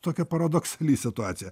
tokia paradoksali situacija